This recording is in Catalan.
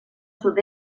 sud